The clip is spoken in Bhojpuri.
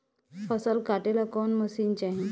फसल काटेला कौन मशीन चाही?